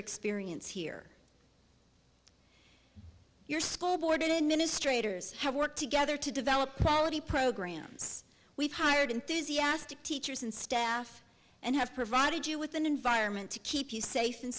experience here your school board administrator have worked together to develop quality programs we've hired enthusiastic teachers and staff and have provided you with an environment to keep you safe and